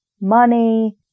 money